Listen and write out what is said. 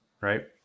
right